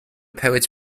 poets